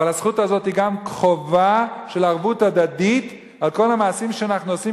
אבל הזכות הזאת היא גם חובה של ערבות הדדית על כל המעשים שאנחנו עושים,